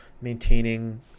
maintaining